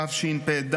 התשפ"ד